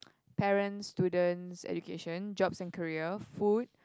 parents students education jobs and career food